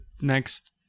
next